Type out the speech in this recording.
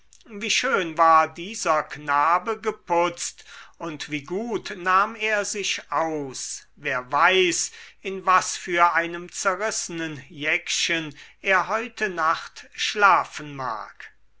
wie schön war dieser knabe geputzt und wie gut nahm er sich aus wer weiß in was für einem zerrissenen jäckchen er heute nacht schlafen mag